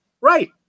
Right